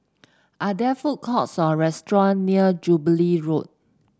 are there food courts or restaurant near Jubilee Road